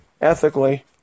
ethically